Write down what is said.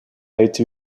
été